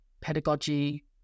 pedagogy